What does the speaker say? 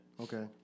Okay